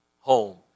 home